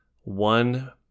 one